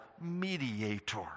mediator